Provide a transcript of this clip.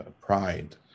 pride